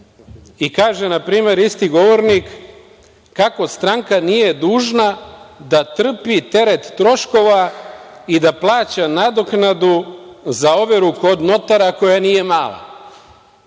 rad. Kaže, na primer, isti govornik kako stranka nije dužna da trpi teret troškova i da plaća nadoknadu za overu kod notara koja nije mala.